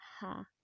ha